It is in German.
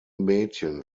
mädchen